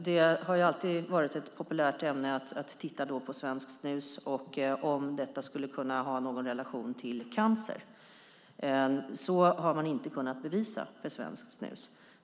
Det har alltid varit ett populärt ämne att titta på svenskt snus och om detta skulle kunna ha någon relation till cancer. Något sådant har man än i dag inte kunnat bevisa för svenskt snus.